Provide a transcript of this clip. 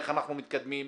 איך אנחנו מתקדמים?